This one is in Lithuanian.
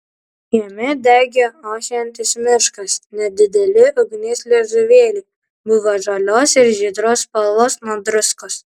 jame degė ošiantis miškas nedideli ugnies liežuvėliai buvo žalios ir žydros spalvos nuo druskos